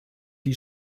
die